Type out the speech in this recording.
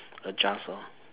adjust lor